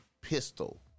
pistol